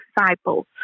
disciples